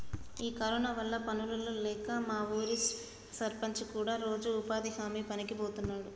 ఈ కరోనా వల్ల పనులు లేక మా ఊరి సర్పంచి కూడా రోజు ఉపాధి హామీ పనికి బోతున్నాడు